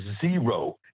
zero